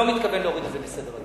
לא מתכוון להוריד את זה מסדר-היום.